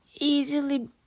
easily